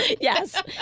Yes